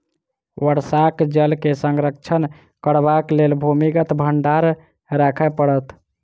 वर्षाक जल के संरक्षण करबाक लेल भूमिगत भंडार राखय पड़त